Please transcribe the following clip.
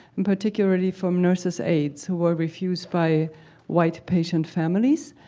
and particularly, from nurses aides who were refused by white patient families.